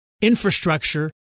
infrastructure